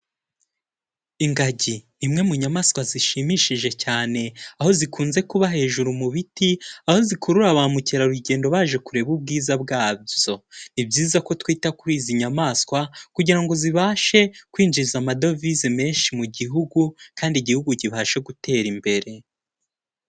Ingagi imwe mu nyamaswa zishimishije cyane, aho zikunze kuba hejuru mu biti, aho zikurura ba mukerarugendo baje kureba ubwiza bwazo. Ni byiza ko twita kuri izi nyamaswa kugira ngo zibashe kwinjiza amadovize menshi mu gihugu, kandi igihugu kibashe gutera imbere.